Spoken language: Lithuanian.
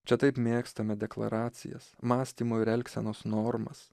čia taip mėgstame deklaracijas mąstymo ir elgsenos normas